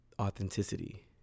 authenticity